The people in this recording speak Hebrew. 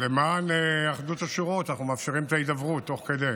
למען אחדות השורות אנחנו מאפשרים את ההידברות תוך כדי.